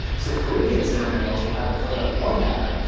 so caribbean sperm whales will have a coda of one pattern,